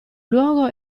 luogo